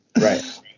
Right